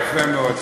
יפה מאוד.